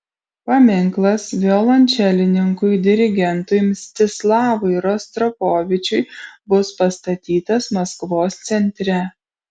paminklas violončelininkui dirigentui mstislavui rostropovičiui bus pastatytas maskvos centre